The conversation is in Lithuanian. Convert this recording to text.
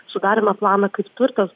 sudarėme planą kaip turtas